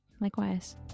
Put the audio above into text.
likewise